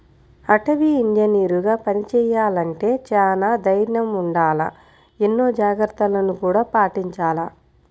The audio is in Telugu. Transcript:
అటవీ ఇంజనీరుగా పని చెయ్యాలంటే చానా దైర్నం ఉండాల, ఎన్నో జాగర్తలను గూడా పాటించాల